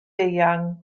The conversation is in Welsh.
eang